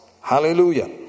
Hallelujah